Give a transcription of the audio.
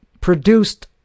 Produced